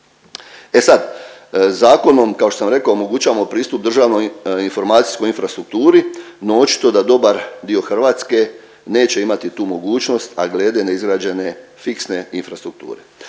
E sad zakonom kao što sam rekao omogućavamo pristup državnoj informacijskoj infrastrukturi, no očito da dobar dio Hrvatske neće imati tu mogućnost, a glede neizgrađene fiksne infrastrukture.